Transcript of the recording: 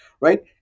right